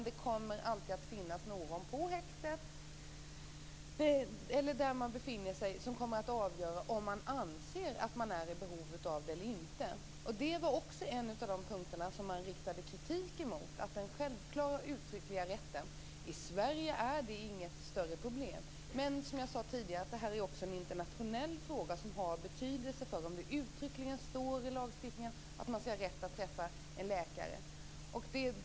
Det kommer alltid att finnas någon på häktet eller där man befinner sig som kommer att avgöra om man är i behov av det eller inte. Det var också en av de punkter som det riktades kritik mot, den självklara uttryckliga rätten. I Sverige är det inget större problem. Men som jag sade tidigare är det här också en internationell fråga. Det har betydelse om det uttryckligen står i lagstiftningen att man skall ha rätt att träffa en läkare.